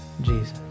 Jesus